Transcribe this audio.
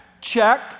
check